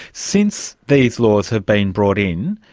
since these laws have been brought in,